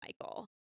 Michael